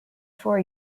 four